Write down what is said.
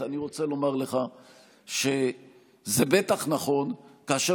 אני רוצה לומר לך שזה בטח נכון כאשר